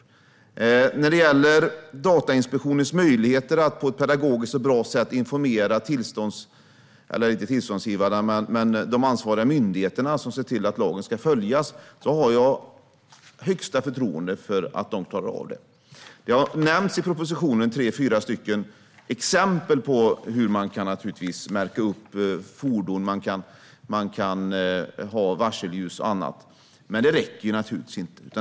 Sedan har jag största förtroende för att Datainspektionen klarar av att på ett pedagogiskt och bra sätt informera de ansvariga myndigheter som ska se till att lagen följs. Det nämns i propositionen att man till exempel kan märka fordon, att man kan ha varselljus och annat, men det räcker naturligtvis inte.